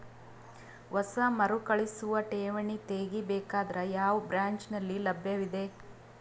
ಹೊಸ ಮರುಕಳಿಸುವ ಠೇವಣಿ ತೇಗಿ ಬೇಕಾದರ ಯಾವ ಬ್ರಾಂಚ್ ನಲ್ಲಿ ಲಭ್ಯವಿದೆ?